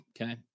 okay